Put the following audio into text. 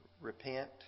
repent